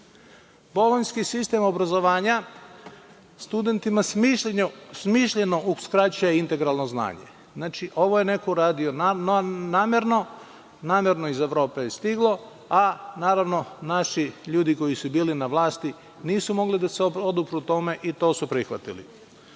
način. Bolonjski sistem obrazovanja studentima smišljeno uskraćuje integralno znanje. Ovo je neko uradio namerno, namerno iz Evrope je stiglo, a naravno naši ljudi, koji su bili na vlasti, nisu mogli da se odupru tome, i to su prihvatili. Bolonja